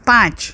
પાંચ